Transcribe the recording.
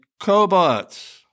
Cobots